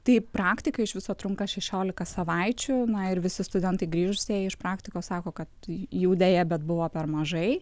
taip praktika iš viso trunka šešiolika savaičių na ir visi studentai grįžusieji iš praktikos sako kad jų deja bet buvo per mažai